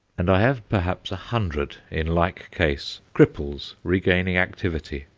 and i have perhaps a hundred in like case, cripples regaining activity,